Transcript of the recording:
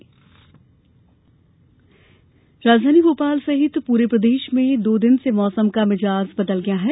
मौसम राजधानी भोपाल सहित पूरे प्रदेश में दो दिन से मौसम का मिजाज बदल गया है